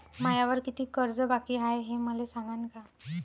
मायावर कितीक कर्ज बाकी हाय, हे मले सांगान का?